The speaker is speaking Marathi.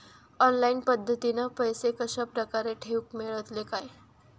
ऑनलाइन पद्धतीन पैसे कश्या प्रकारे ठेऊक मेळतले काय?